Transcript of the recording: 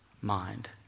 mind